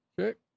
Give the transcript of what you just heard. Okay